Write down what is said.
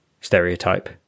stereotype